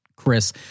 Chris